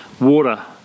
water